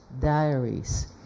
diaries